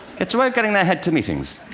it's a way of getting their head to meetings.